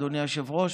אדוני היושב-ראש,